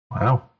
Wow